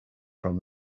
from